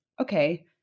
okay